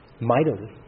mightily